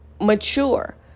mature